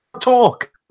talk